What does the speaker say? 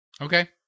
Okay